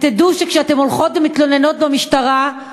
ותדעו שכאשר אתן הולכות ומתלוננות במשטרה,